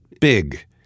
Big